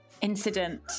incident